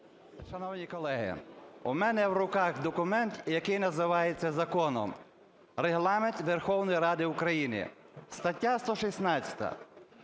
Шановні колеги! У мене в руках документ, який називається законом – Регламент Верховної Ради України. Стаття 116: